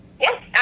Yes